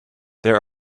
there